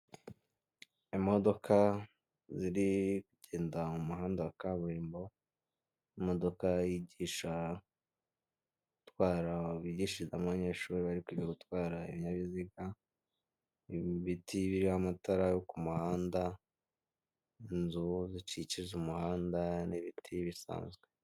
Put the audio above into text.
Imodoka ziri kugenda mu muhanda wa kaburimbo imodoka yigisha gutwara bigishirizamo abanyeshuri bari gutwara ibinyabiziga, ibiti biriho amatara yo ku muhanda inzu zikikije umuhanda n'ibiti bisanzwe.